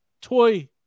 toy